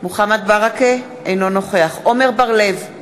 אינו נוכח עמר בר-לב,